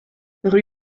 rue